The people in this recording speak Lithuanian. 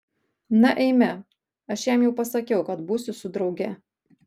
na eime aš jam jau pasakiau kad būsiu su drauge